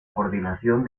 coordinación